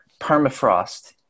permafrost